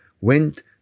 went